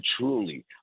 truly